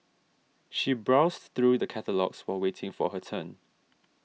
she browsed through the catalogues while waiting for her turn